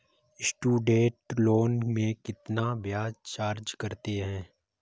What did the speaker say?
Student loan में कितना ब्याज चार्ज करते हैं?